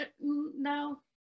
No